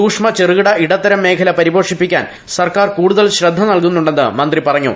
സൂക്ഷ്മ ചെറുകിട ഇടത്തരം മേഖല പരിപോഷിപ്പിക്കാൻ സർക്കാർ കൂടുതൽ ശ്രദ്ധ നൽകുന്നുണ്ടെന്ന് മന്ത്രിപറഞ്ഞു